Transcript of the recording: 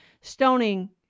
stoning